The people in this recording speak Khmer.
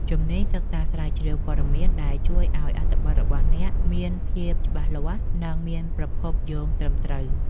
ជំនាញសិក្សាស្រាវជ្រាវព័ត៌មានដែលជួយឱ្យអត្ថបទរបស់អ្នកមានភាពច្បាស់លាស់ និងមានប្រភពយោងត្រឹមត្រូវ។